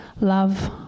love